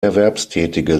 erwerbstätige